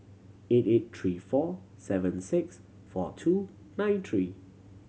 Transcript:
eight eight three four seven six four two nine three